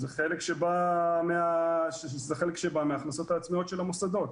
שזה חלק שבא מההכנסות העצמיות של המוסדות.